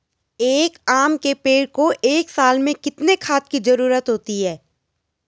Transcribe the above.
एक आम के पेड़ को एक साल में कितने खाद की जरूरत होती है?